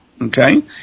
okay